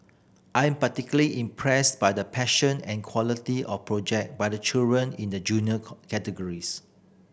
I'm particularly impressed by the passion and quality of project by the children in the Junior categories